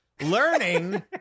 learning